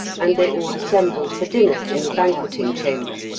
and they all assembled for dinner in the banqueting chamber.